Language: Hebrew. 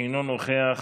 אינו נוכח,